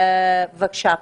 בבקשה.